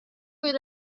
with